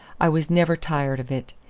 i was never tired of it.